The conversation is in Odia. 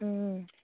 ହଁ